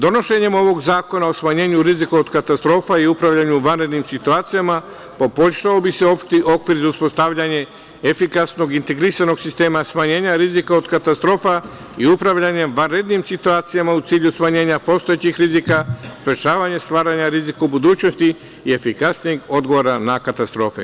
Donošenjem ovog zakona o smanjenju rizika od katastrofa i upravljanja u vanrednim situacijama poboljšao bi se opšti okvir za uspostavljanje efikasnog integrisanog sistema smanjenja rizika od katastrofa i upravljanje vanrednim situacijama u cilju smanjenja postojećih rizika, rešavanje stvaranja rizika u budućnosti i efikasnijeg odgovora na katastrofe.